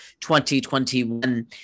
2021